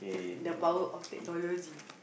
the power of technology